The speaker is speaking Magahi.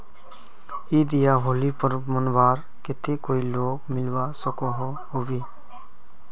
ईद या होली पर्व मनवार केते कोई लोन मिलवा सकोहो होबे?